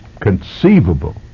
conceivable